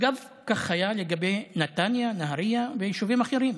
אגב, כך היה לגבי נתניה, נהריה ויישובים אחרים.